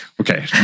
okay